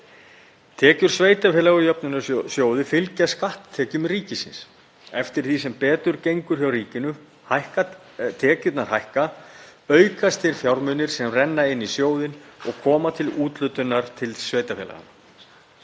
til sveitarfélaga úr jöfnunarsjóði fylgja skatttekjum ríkisins. Eftir því sem betur gengur hjá ríkinu og tekjurnar hækka aukast þeir fjármunir sem renna inn í sjóðinn og koma til úthlutunar til sveitarfélaga.